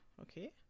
okay